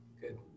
Good